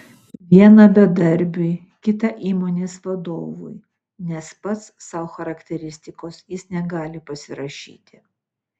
vieną bedarbiui kitą įmonės vadovui nes pats sau charakteristikos jis negali pasirašyti